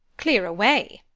clear away!